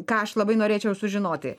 ką aš labai norėčiau sužinoti